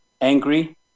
angry